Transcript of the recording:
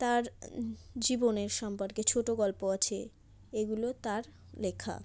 তার জীবনের সম্পর্কে ছোটো গল্প আছে এগুলো তার লেখা